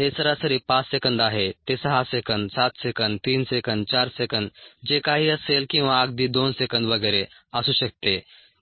हे सरासरी 5 सेकंद आहे ते 6 सेकंद 7 सेकंद 3 सेकंद 4 सेकंद जे काही असेल किंवा अगदी 2 सेकंद वगैरे असू शकते